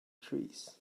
trees